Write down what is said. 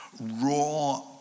raw